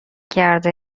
کرده